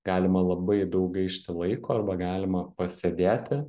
galima labai daug gaišti laiko arba galima pasėdėti